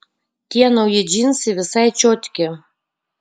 tie nauji džinsai visai čiotki